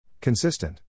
Consistent